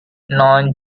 non